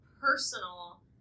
personal